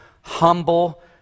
humble